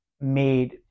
made